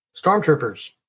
stormtroopers